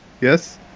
Yes